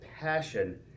passion